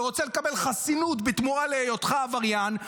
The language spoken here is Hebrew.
ורוצה לקבל חסינות בתמורה להיותך עבריין,